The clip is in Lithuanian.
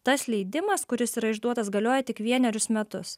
tas leidimas kuris yra išduotas galioja tik vienerius metus